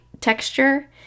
texture